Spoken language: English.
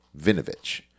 Vinovich